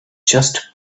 just